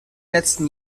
letzten